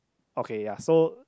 okay ya so